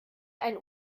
einen